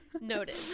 Noted